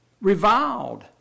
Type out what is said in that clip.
reviled